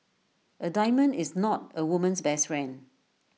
A diamond is not A woman's best friend